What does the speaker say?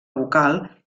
bucal